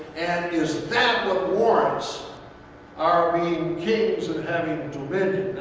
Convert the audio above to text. and is that what warrants are we kings and having dominion?